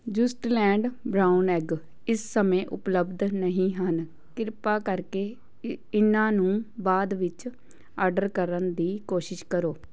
just laid brown egg ਇਸ ਸਮੇਂ ਉਪਲਬਧ ਨਹੀਂ ਹਨ ਕਿਰਪਾ ਕਰਕੇ ੲ ਇਹਨਾਂ ਨੂੰ ਬਾਅਦ ਵਿੱਚ ਆਰਡਰ ਕਰਨ ਦੀ ਕੋਸ਼ਿਸ਼ ਕਰੋ